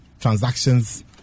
transactions